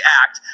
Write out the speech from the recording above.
act